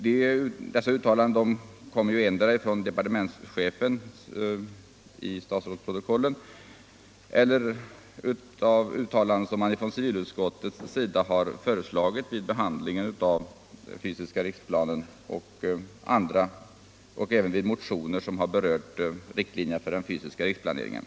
Det är endera uttalanden av departementschefen i statsrådsprotokollet eller uttalanden som civilutskottet gjort vid behandlingen av den fysiska riksplanen och även vid behandling av motioner som berört riktlinjer för den fysiska riksplaneringen.